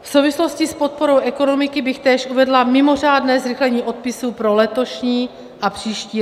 V souvislosti s podporou ekonomiky bych též uvedla mimořádné zrychlení odpisů pro letošní a příští rok.